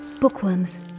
Bookworms